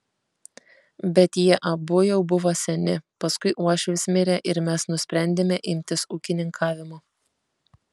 bet jie abu jau buvo seni paskui uošvis mirė ir mes nusprendėme imtis ūkininkavimo